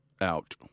out